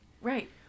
Right